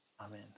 Amen